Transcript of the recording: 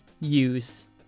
use